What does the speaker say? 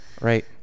Right